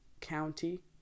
county